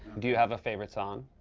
do you have a favorite song?